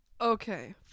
Okay